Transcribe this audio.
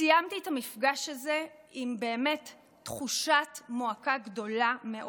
סיימתי את המפגש הזה עם תחושת מועקה גדולה מאוד.